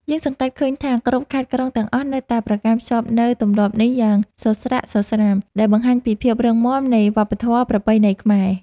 យើងសង្កេតឃើញថាគ្រប់ខេត្តក្រុងទាំងអស់នៅតែប្រកាន់ខ្ជាប់នូវទម្លាប់នេះយ៉ាងសស្រាក់សស្រាំដែលបង្ហាញពីភាពរឹងមាំនៃវប្បធម៌ប្រពៃណីខ្មែរ។